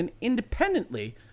independently